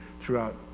throughout